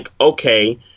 okay